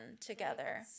together